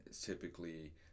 typically